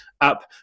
up